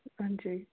हां जी